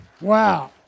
Wow